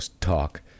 talk